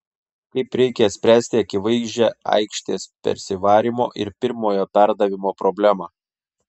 kaip reikia spręsti akivaizdžią aikštės persivarymo ir pirmojo perdavimo problemą